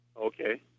Okay